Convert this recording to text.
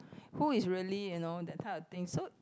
who is really you know that type of thing so